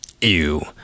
Ew